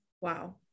wow